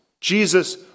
Jesus